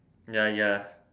ya ya